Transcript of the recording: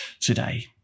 today